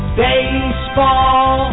baseball